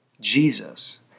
Jesus